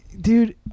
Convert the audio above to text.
Dude